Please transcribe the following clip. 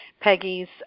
Peggy's